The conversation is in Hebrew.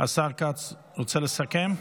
השר כץ, רוצה לסכם?